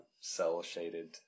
cell-shaded